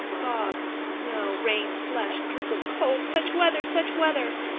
fog, snow, rain, slush, drizzle, cold such weather! such weather!